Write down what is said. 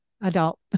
adult